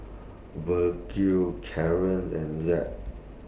Vergil and Zack